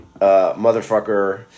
motherfucker